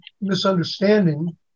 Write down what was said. misunderstanding